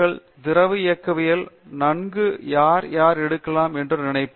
எனவே பாரம்பரியமாக மக்கள் திரவம் இயக்கவியல்லை நன்கு யார் யார் எடுக்கலாம் என்று நினைப்பர்